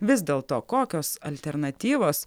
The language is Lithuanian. vis dėlto kokios alternatyvos